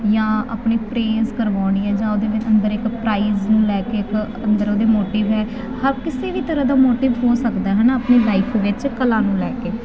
ਜਾਂ ਆਪਣੇ ਪਰੇਸ ਕਰਵਾਉਣੀ ਹੈ ਜਾਂ ਉਹਦੇ ਲਈ ਅੰਦਰ ਇੱਕ ਪ੍ਰਾਈਜ ਨੂੰ ਲੈ ਕੇ ਇੱਕ ਅੰਦਰ ਉਹਦੇ ਮੋਟਿਵ ਹੈ ਹਰ ਕਿਸੇ ਵੀ ਤਰ੍ਹਾਂ ਦਾ ਮੋਟਿਵ ਹੋ ਸਕਦਾ ਹੈ ਨਾ ਆਪਣੀ ਲਾਈਫ ਵਿੱਚ ਕਲਾ ਨੂੰ ਲੈ ਕੇ